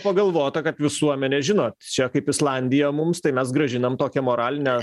pagalvota kad visuomenė žinot čia kaip islandija mums tai mes grąžinam tokią moralinę